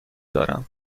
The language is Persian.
دارم